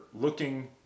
looking